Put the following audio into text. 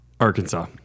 Arkansas